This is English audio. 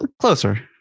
closer